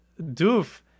doof